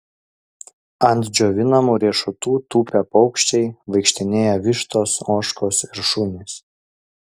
ant džiovinamų riešutų tupia paukščiai vaikštinėja vištos ožkos ir šunys